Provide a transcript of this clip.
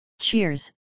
Cheers